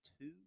two